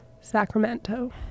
Sacramento